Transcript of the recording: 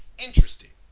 interesting.